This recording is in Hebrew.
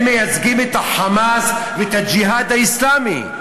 הם מייצגים את ה"חמאס" ואת "הג'יהאד האסלאמי".